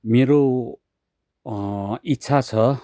मेरो इच्छा छ